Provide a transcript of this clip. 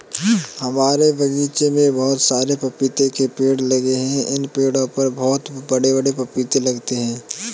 हमारे बगीचे में बहुत सारे पपीते के पेड़ लगे हैं इन पेड़ों पर बहुत बड़े बड़े पपीते लगते हैं